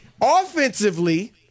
Offensively